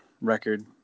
record